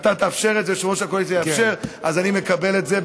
אתה תאפשר את זה?